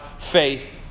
faith